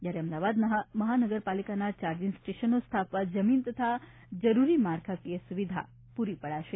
જ્યારે અમદાવાદ મહાનગરપાલિકા આ ચાર્જિંગ સ્ટેશનો સ્થાપવા જમીન તથા જરૂરી માળખાકીય સુવિધા પૂરી પાડશે